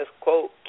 quote